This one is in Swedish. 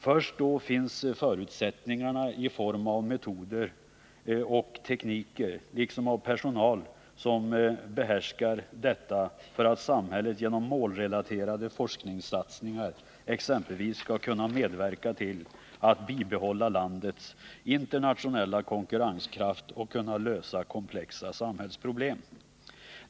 Först då finns förutsättningarna, i form av metoder och tekniker liksom av personal som behärskar detta, för att samhället genom målrelaterade forskningssatsningar exempelvis skall kunna medverka till att bibehålla landets internationella konkurrenskraft och kunna lösa komplexa samhällsproblem.